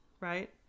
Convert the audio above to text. right